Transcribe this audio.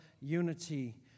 unity